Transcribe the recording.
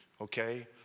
Okay